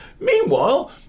Meanwhile